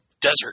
Desert